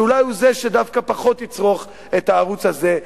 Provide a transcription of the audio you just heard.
שאולי הוא זה שדווקא פחות יצרוך את הערוץ הזה,